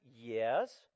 Yes